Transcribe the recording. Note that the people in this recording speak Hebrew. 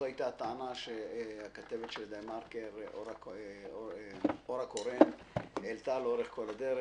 זו היתה הטענה שכתבת דה-מרקר אורה קורן העלתה לאורך כל הדרך.